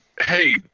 Hey